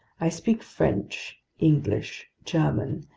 i speak french, english, german,